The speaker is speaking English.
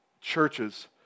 churches